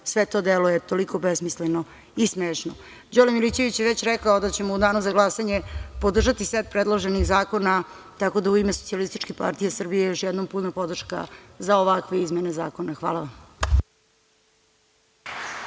sve to deluje toliko besmisleno i smešno. Đorđe Milićević je već rekao da ćemo u danu za glasanje podržati set predloženih zakona, tako da u ime SPS još jednom puna podrška za ovakve izmene zakona. Hvala vam.